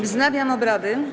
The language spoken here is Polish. Wznawiam obrady.